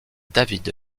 david